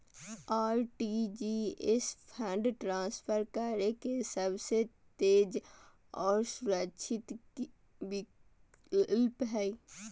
RTGS fund transfer करे के सबसे तेज आर सुरक्षित विकल्प हय